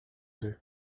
deux